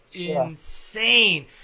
insane